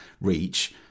reach